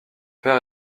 père